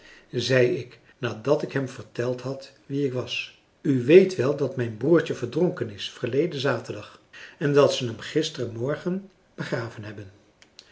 zei ik nadat ik hem verteld had wie ik was u weet wel dat mijn broertje verdronken is verleden zaterdag en dat ze hem gistermorgen begraven hebben